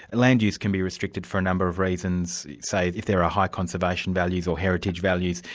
land use can be restricted for a number of reasons, say that there are high conservation values or heritage values,